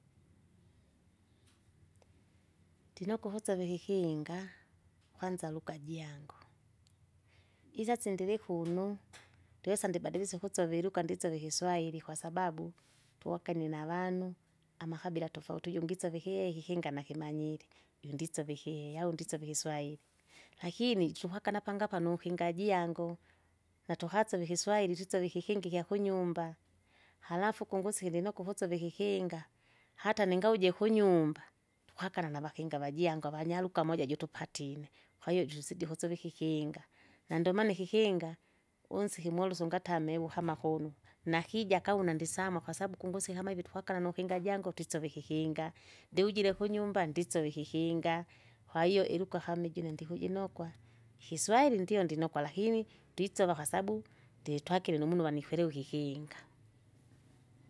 Ndinokwa uvuseva ikikinga, kwanza luga jiangu, isasi ndilikuno, ndiwesa ndibalisye ukusova iluga ndisova ikiswahili kwasbabu, tuwakane navanu, amakabila tofauti ujungi isova ikihehe ikikinga nakimanyire, jundisova ikihehe au ndisova ikiwasahiki. Lakini chuhakana napanga hapa nukinga jango, natukasove ikiswahili tuseove ikikinga ikyakunyumba. Halafu kungusikile nokwa ukusova ikikinga, hata ningauje kunyumba, tukwakala navakinga vajango avanyaruka moja jutupatine, kwahiyo jususidi ukusova ikikinga. Na ndomana ikikinga unsiki moluso ungatamwe uvu kama kunuka, nakija kaa una ndisama kwasabu kungusi kama ivi tukwakala nukinga jangu twisove ikikinga, ndiujire kunyumba ndisove ikikinga, kwahiyo iluga kama ijo une ndikujinokwa. Ikiswairi ndio ndinokwa, lakini twisova kwasabu, nditwakile numunu wanikwelewa ikikinga.